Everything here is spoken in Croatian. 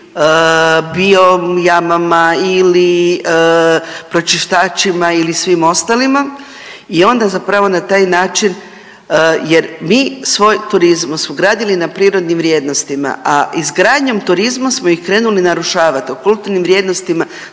bio jamama, ili pročistačima ili svim ostalima i onda zapravo na taj način jer mi svoj turizam smo gradili na prirodnim vrijednostima, a izgradnjom turizma smo i krenuli narušavati. O kulturnim vrijednostima